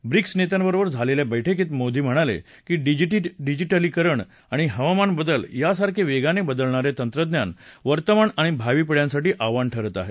BRICS नेत्यांबरोबर झालेल्या बैठकीत मोदी म्हणाले की डिजिटलीकरण आणि हवामान बदल यासारखे वेगाने बदलणारे तंत्रज्ञान वर्तमान आणि भावी पिढ्यांसाठी आव्हान ठरत आहे